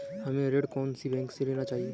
हमें ऋण कौन सी बैंक से लेना चाहिए?